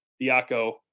Diaco